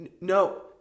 no